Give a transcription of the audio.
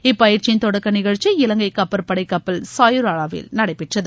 இப்பயிற்சியின் தொடக்க நிகழ்ச்சி இலங்கை கப்பற்படை கப்பல் சாயுராலாவில் நடைபெற்றது